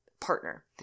partner